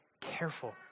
careful